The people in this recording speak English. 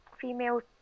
female